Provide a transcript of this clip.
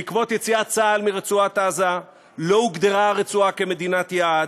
בעקבות יציאת צה"ל מרצועת-עזה לא הוגדרה הרצועה כמדינת יעד,